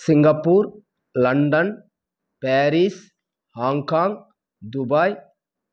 Singapore London Paris Hong Kong Dubai